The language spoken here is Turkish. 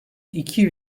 iki